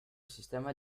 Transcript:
sistema